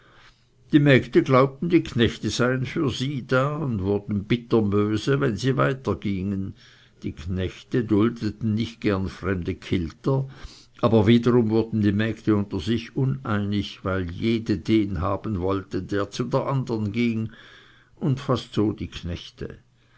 die mägde glaubten die knechte seien für sie da und wurden bitterböse wenn sie weiter gingen die knechte duldeten nicht gerne fremde kilter aber wiederum wurden die mägde unter sich uneinig weil jede den haben wollte der zu der andern ging und fast so die knechte